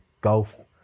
golf